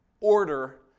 order